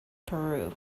peru